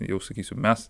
jau sakysiu mes